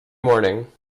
morning